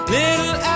little